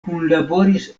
kunlaboris